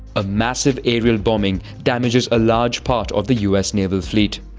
a massive aerial bombing damages a large part of the us naval fleet.